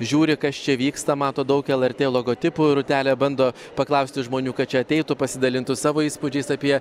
žiūri kas čia vyksta mato daug lrt logotipų ir rūtelė bando paklausti žmonių kad čia ateitų pasidalintų savo įspūdžiais apie